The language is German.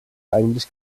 eigentlich